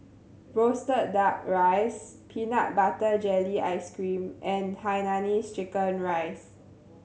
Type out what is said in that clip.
roasted Duck Rice peanut butter jelly ice cream and hainanese chicken rice